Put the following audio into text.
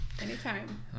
Anytime